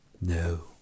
No